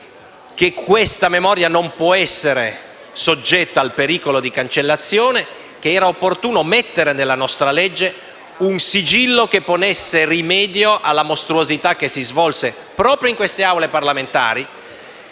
che questa memoria non sia soggetta al pericolo di cancellazione. Era opportuno mettere nella nostra legge un sigillo che ponesse rimedio alla mostruosità che si svolse proprio in queste Aule parlamentari,